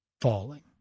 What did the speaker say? Falling